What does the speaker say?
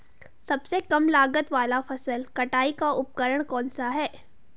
सबसे कम लागत वाला फसल कटाई का उपकरण कौन सा है?